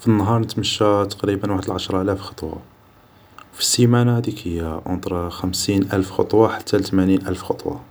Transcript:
في النهار نتمشا تقريبا واحد العشرالاف خطو ، في السيمانة هاديك هي ، اونطر خمسين الف خطو حتى تمانين الف خطو